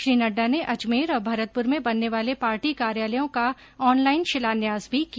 श्री नड्डा ने अजमेर और भरतपुर में बनने वाले पार्टी कार्यालयों का ऑनलाइन शिलान्यास भी किया